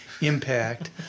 impact